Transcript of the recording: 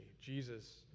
Jesus